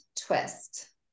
twist